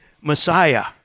Messiah